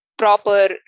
proper